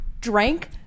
drank